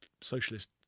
socialist